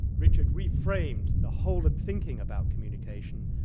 richard reframed the whole of thinking about communication,